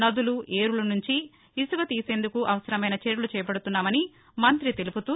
నదులు ఏరుల నుంచి ఇసుక తీసేందుకు అవసరమైన చర్యలు చేపడుతున్నామని మంత్రి తెలుపుతూ